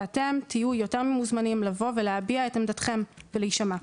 ואתם תהיו יותר ממוזמנים לבוא ולהביע את עמדתכם ולהישמע.